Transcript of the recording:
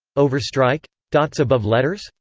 overstrike? dots above letters?